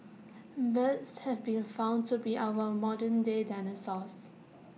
birds have been found to be our modern day dinosaurs